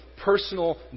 personal